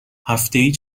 هفتهای